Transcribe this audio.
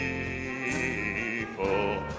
a